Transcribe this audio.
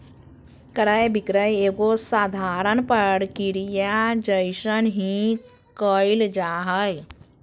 क्रय विक्रय एगो साधारण प्रक्रिया जइसन ही क़इल जा हइ